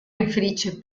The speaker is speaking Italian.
infelice